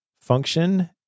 function